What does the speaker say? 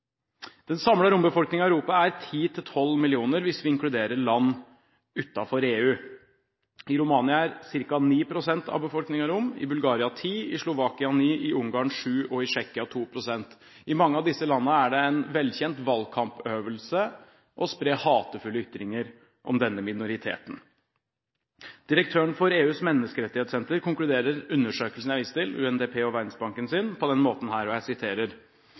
Den samlede rombefolkningen i Europa er 10–12 millioner, hvis vi inkluderer land utenfor EU. I Romania er ca. 9 pst. av befolkningen rom, i Bulgaria 10 pst., i Slovakia 9 pst., i Ungarn 7 pst. og i Tsjekkia 2 pst. I mange av disse landene er det en velkjent valgkampøvelse å spre hatefulle ytringer om denne minoriteten. Direktøren for EUs menneskerettighetssenter konkluderer undersøkelsen jeg viste til – UNDP og Verdensbankens – på denne måten: